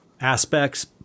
aspects